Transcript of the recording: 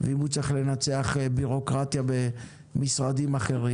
ואם הוא צריך לנצח בירוקרטיה במשרדים אחרים